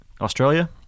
Australia